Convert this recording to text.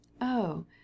Oh